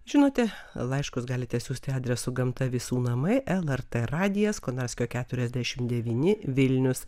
žinote laiškus galite siųsti adresu gamta visų namai el er tė radijas konarskio keturiasdešimt devyni vilnius